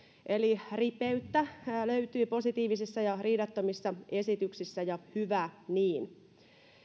eli ripeyttä löytyy positiivisissa ja riidattomissa esityksissä ja hyvä niin